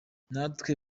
natwe